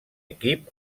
equip